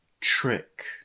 trick